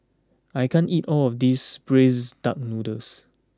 I can't eat all of this Braised Duck Noodles